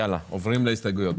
עוברים להסתייגויות.